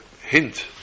hint